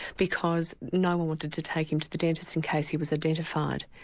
because no-one wanted to take him to the dentist in case he was identified.